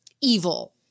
evil